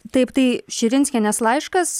taip tai širinskienės laiškas